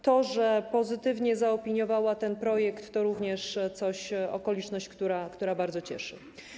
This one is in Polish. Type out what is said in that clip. To, że pozytywnie zaopiniowała ten projekt, to również okoliczność, która bardzo cieszy.